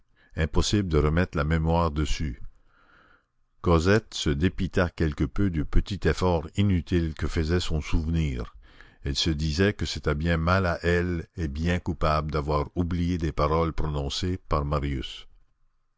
impossible de remettre la mémoire dessus cosette se dépitait quelque peu du petit effort inutile que faisait son souvenir elle se disait que c'était bien mal à elle et bien coupable d'avoir oublié des paroles prononcées par marius